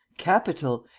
capital!